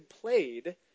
played